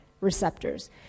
receptors